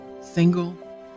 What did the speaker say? single